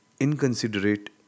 inconsiderate